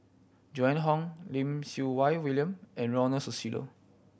Joan Hon Lim Siew Wai William and Ronald's Susilo